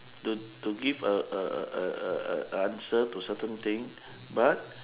to to give a a a a a answer to certain thing but